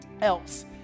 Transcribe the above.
else